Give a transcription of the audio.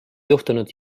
juhtunud